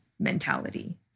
mentality